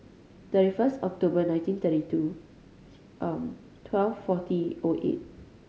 thirty first October nineteen thirty two twelve forty O eight